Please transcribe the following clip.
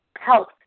health